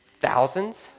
Thousands